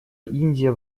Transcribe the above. индия